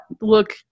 look